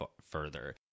further